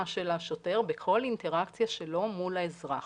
של השוטר בכל אינטראקציה שלו מול האזרח.